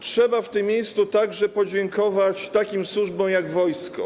Trzeba w tym miejscu także podziękować takim służbom jak wojsko.